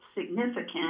significant